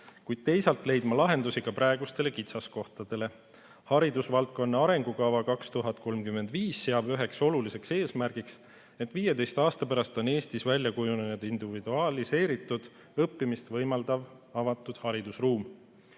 kuid teisalt leidma lahendusi ka praegustele kitsaskohtadele. Haridusvaldkonna arengukava 2035 seab üheks oluliseks eesmärgiks, et 15 aasta pärast on Eestis välja kujunenud individualiseeritud õppimist võimaldav avatud haridusruum.